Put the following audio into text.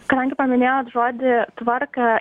kadangi paminėjot žodį tvarką